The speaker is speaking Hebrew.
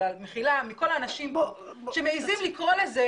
במחילה מכל האנשים שמעיזים לקרוא לזה